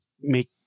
make